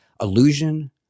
illusion